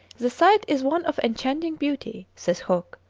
the site is one of enchanting beauty, says huc.